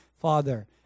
father